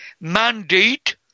mandate